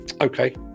Okay